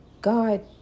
God